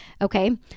Okay